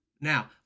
Now